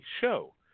Show